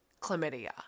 chlamydia